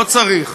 לא צריך.